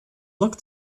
looked